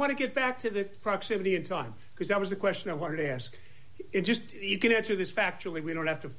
want to get back to the proximity in time because that was the question i wanted to ask it just to even answer this factually we don't have to